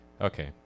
Okay